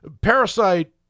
Parasite